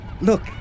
look